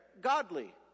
godly